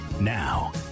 Now